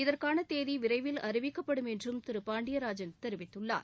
இதற்கான தேதி விரைவில் அறிவிக்கப்படும் என்றும் திரு பாண்டியராஜன் தெரிவித்துள்ளார்